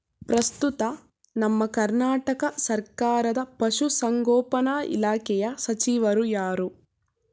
ಪ್ರಸ್ತುತ ನಮ್ಮ ಕರ್ನಾಟಕ ಸರ್ಕಾರದ ಪಶು ಸಂಗೋಪನಾ ಇಲಾಖೆಯ ಸಚಿವರು ಯಾರು?